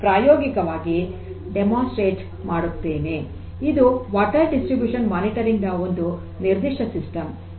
ಇದು ನೀರಿನ ವಿತರಣೆಯ ಮೇಲ್ವಿಚಾರಣೆಯ ಒಂದು ನಿರ್ದಿಷ್ಟ ಸಿಸ್ಟಮ್